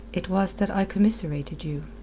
it was that i commiserated you.